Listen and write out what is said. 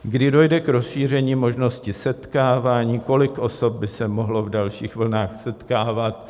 Kdy dojde k rozšíření možnosti setkávání, kolik osob by se mohlo v dalších vlnách setkávat?